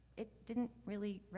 it didn't really,